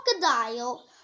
crocodile